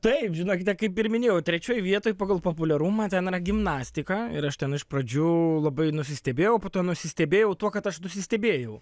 taip žinokite kaip ir minėjau trečioj vietoj pagal populiarumą ten yra gimnastika ir aš ten iš pradžių labai nusistebėjau po to nusistebėjau tuo kad aš nusistebėjau